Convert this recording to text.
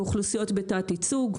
באוכלוסיות בתת ייצוג,